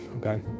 Okay